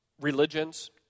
religions